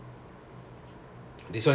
so this [one] is outdoors it